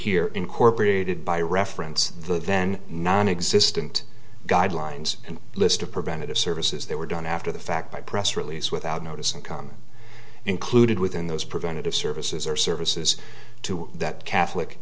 here incorporated by reference the then non existent guidelines and list of preventative services they were done after the fact by press release without notice and comment included within those preventative services or services to that catholic